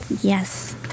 Yes